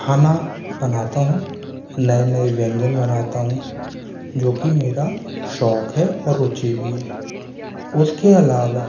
खाना बनाता हूँ नए नए व्यंजन बनाता हूँ जो कि मेरा शौक़ है और रुचि भी है उसके अलावा